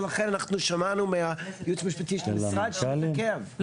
ולכן אנחנו שמענו מהייעוץ המשפטי של המשרד שזה מתעכב.